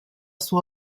sua